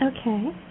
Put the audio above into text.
Okay